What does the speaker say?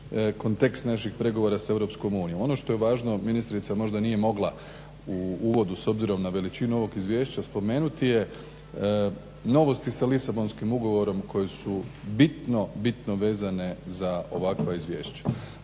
kontekst naših pregovora s Europskom unijom. Ono što je važno, ministrica možda nije mogla u uvodu s obzirom na veličinu ovog izvješća spomenuti je novosti sa Lisabonskim ugovorom koji su bitno vezane za ovakva izvješća.